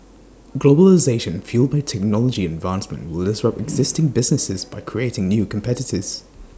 globalisation fuelled by technology advancement will disrupt existing businesses by creating new competitors